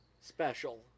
special